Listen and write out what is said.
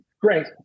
Great